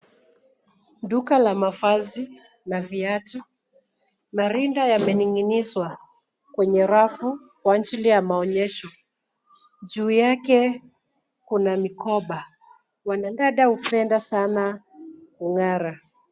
Duka la mavazi, la viatu, marinda yamening'inizwa kwenye rafu kwa ajili ya maonyesho. Juu yake kuna mikoba. Wanadada hupenda sana kung'ara.